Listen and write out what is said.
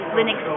Linux